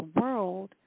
world